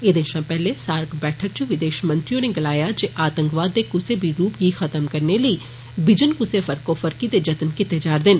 एहदे षा पैह्ले सार्क बैठक इच विदेष मंत्री होरे गलाया जे आतंकवाद दे कुसै बी रूप गी खत्म करने लेई बिजन कुसै फर्कोफर्की दे जतन कीते जा रदे न